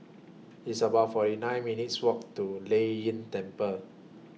It's about forty nine minutes' Walk to Lei Yin Temple